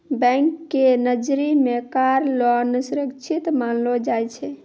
bank के नजरी मे कार लोन सुरक्षित मानलो जाय छै